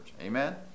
Amen